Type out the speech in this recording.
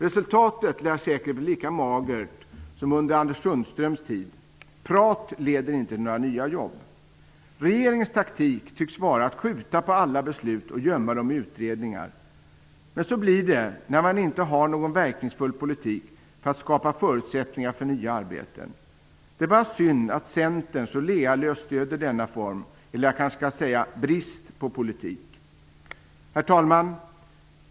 Resultatet lär säkert bli lika magert som under Anders Sundströms tid. Prat leder inte till några nya jobb. Regeringens taktik tycks vara att skjuta på alla beslut och gömma dem i utredningar, men så blir det när man inte har någon verkningsfull politik för att skapa förutsättningar för nya arbeten. Det är bara synd att centern så lealöst stöder denna form av eller, kanske jag skall säga, brist på politik. Herr talman!